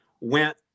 went